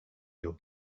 your